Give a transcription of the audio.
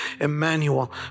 Emmanuel